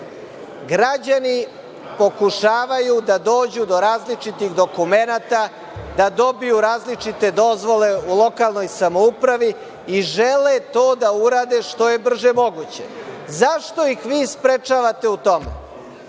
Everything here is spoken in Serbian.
Građani pokušavaju da dođu do različitih dokumenata, da dobiju različite dozvole u lokalnoj samoupravi i žele to da urade što je brže moguće. Zašto ih vi sprečavate u